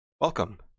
Welcome